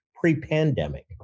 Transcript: pre-pandemic